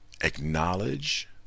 acknowledge